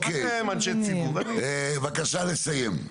אוקיי, בבקשה לסיים.